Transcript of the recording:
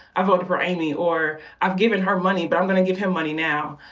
i voted for amy, or, i've given her money, but i'm gonna give him money now.